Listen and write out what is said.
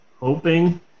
Hoping